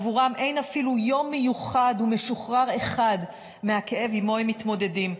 עבורם אין אפילו יום מיוחד ומשוחרר אחד מהכאב שעימו הם מתמודדים.